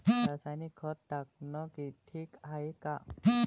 रासायनिक खत टाकनं ठीक हाये का?